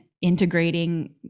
integrating